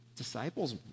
disciples